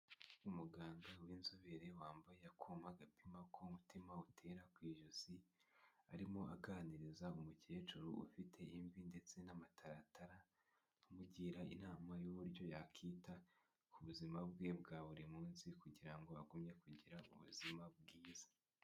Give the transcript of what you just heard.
Umuganga w'inzobere wambaye akuma gapima k’umutima utera kw’ijosi arimo aganiriza umukecuru ufite imvi ndetse n'amataratara amugira inama y'uburyo yakwita ku buzima bwe bwa buri munsi kugira agumye kugira ubuzima bwiza.